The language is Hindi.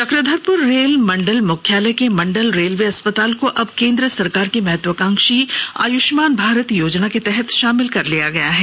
चक्रधरपुर रेल मंडल मुख्यालय के मंडल रेलवे अस्पताल को अब केंद्र सरकार की महत्वाकांक्षी आयुष्मान भारत योजना के तहत शामिल कर लिया गया है